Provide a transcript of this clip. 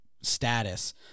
status